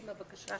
תודה.